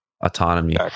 autonomy